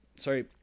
sorry